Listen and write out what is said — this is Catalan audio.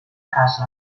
casa